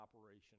operation